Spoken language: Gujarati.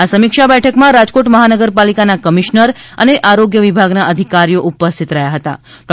આ સમીક્ષા બેઠકમાં રાજકોટ મહાનગરપાલિકાના કમિશનર અને આરોગ્ય વિભાગના અધિકારીઓ ઉપસ્થિત રહ્યા હતા ડો